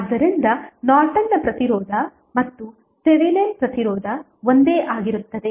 ಆದ್ದರಿಂದ ನಾರ್ಟನ್ನ ಪ್ರತಿರೋಧ ಮತ್ತು ಥೆವೆನಿನ್ ಪ್ರತಿರೋಧ ಒಂದೇ ಆಗಿರುತ್ತದೆ